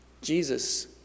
Jesus